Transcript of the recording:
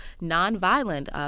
non-violent